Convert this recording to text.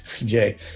Jay